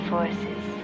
Forces